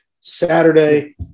Saturday